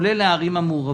כולל לגבי הערים המעורבות,